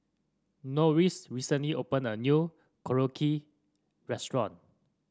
Norris recently opened a new Korokke Restaurant